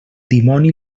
dimoni